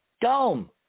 dome